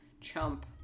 chump